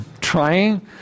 trying